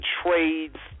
trades